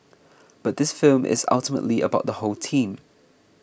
but this film is ultimately about the whole team